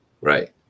Right